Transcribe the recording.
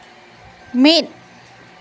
ᱢᱤᱫ